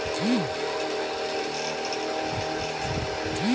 labour voucher को तुम दोबारा अर्जित कर सकते हो